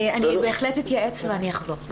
אני בהחלט אתייעץ ואחזור.